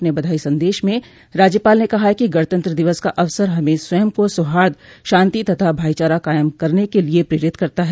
अपने बधाई संदेश में राज्यपाल ने कहा कि गणतंत्र दिवस का अवसर हमें स्वंय का सौहार्द शांति तथा भाईचारा कायम करने के लिए प्रेरित करता है